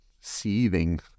seething